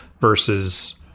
versus